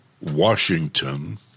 Washington